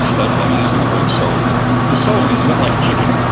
but i'm using the word soul the soul is a bit like a chicken.